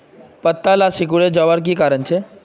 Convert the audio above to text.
पत्ताला सिकुरे जवार की कारण छे?